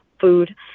food